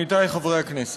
עמיתי חברי הכנסת,